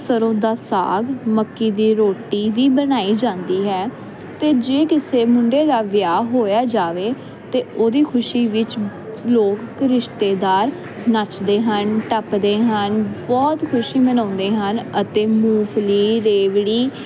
ਸਰੋਂ ਦਾ ਸਾਗ ਮੱਕੀ ਦੀ ਰੋਟੀ ਵੀ ਬਣਾਈ ਜਾਂਦੀ ਹੈ ਤੇ ਜੇ ਕਿਸੇ ਮੁੰਡੇ ਦਾ ਵਿਆਹ ਹੋਇਆ ਜਾਵੇ ਤੇ ਉਹਦੀ ਖੁਸ਼ੀ ਵਿੱਚ ਲੋਕ ਰਿਸ਼ਤੇਦਾਰ ਨੱਚਦੇ ਹਨ ਟੱਪਦੇ ਹਨ ਬਹੁਤ ਖੁਸ਼ੀ ਮਨਾਉਂਦੇ ਹਨ ਅਤੇ ਮੂੰਗਫਲੀ ਰੇਵੜੀ